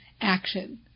action